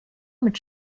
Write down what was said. mit